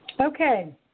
Okay